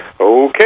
Okay